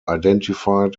identified